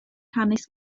hanes